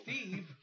Steve